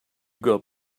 got